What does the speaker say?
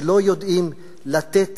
שלא יודעים לתת